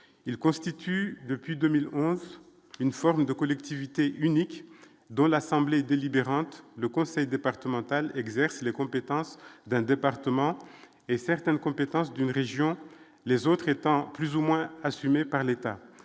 il constitue depuis 2000, une forme de collectivité unique dans l'assemblée délibérante le conseil départemental exerce les compétences d'un département et certaines compétences d'une région, les autres étant plus ou moins assumées par l'État,